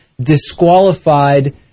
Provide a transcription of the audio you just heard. disqualified